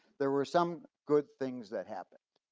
there were some good things that happened.